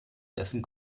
dessen